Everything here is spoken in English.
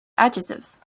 adjectives